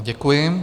Děkuji.